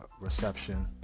reception